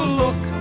look